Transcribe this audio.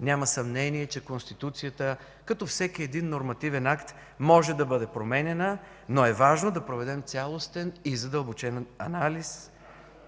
Няма съмнение, че Конституцията, като всеки един нормативен акт, може да бъде променяна, но е важно да проведем цялостен и задълбочен анализ,